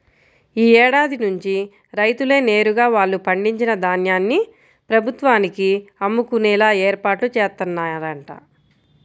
యీ ఏడాది నుంచి రైతులే నేరుగా వాళ్ళు పండించిన ధాన్యాన్ని ప్రభుత్వానికి అమ్ముకునేలా ఏర్పాట్లు జేత్తన్నరంట